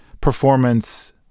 performance